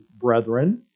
brethren